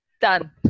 Done